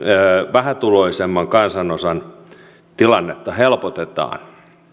vähätuloisemman kansanosan tilannetta helpotetaan